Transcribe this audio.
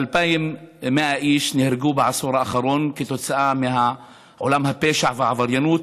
2,100 איש נהרגו בעשור האחרון כתוצאה מעולם הפשע והעבריינות,